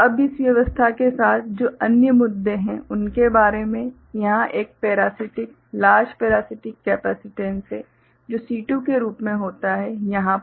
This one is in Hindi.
अब इस व्यवस्था के साथ जो अन्य मुद्दे हैं उनके बारे में यहाँ एक पेरासीटिक लार्ज पेरासीटिक केपेसिटेन्स है जो C2 के रूप में होता है यहाँ पर